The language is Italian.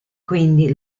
quindi